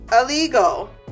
illegal